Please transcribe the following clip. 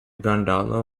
gondola